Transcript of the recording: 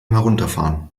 herunterfahren